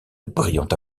brillante